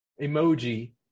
emoji